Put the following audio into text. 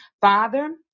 Father